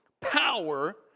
power